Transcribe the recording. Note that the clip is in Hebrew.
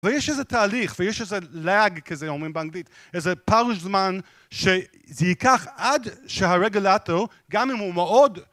ויש איזה תהליך ויש איזה להג כזה אומרים באנגלית, איזה פער זמן שזה ייקח עד שהרגלטור גם אם הוא מאוד